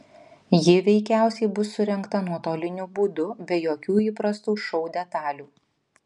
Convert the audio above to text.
ji veikiausiai bus surengta nuotoliniu būdu be jokių įprastų šou detalių